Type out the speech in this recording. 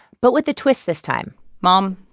but with a twist this time mom,